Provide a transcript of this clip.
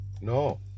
No